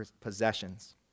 possessions